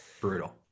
brutal